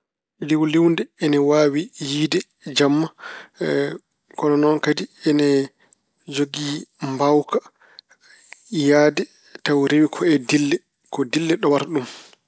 Liwliwde ina waawi yiyde jamma ko non kadi ina waawi jogii mbaawka yahde tawa rewi ko e dille. Ko dille nowata ɗum.